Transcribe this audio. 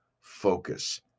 focus